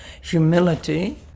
humility